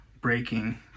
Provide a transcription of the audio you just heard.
breaking